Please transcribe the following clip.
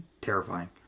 terrifying